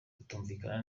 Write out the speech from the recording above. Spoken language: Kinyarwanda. kutumvikana